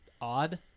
odd